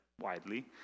widely